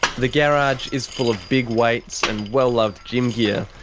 the garage is full of big weights and well-loved gym gear,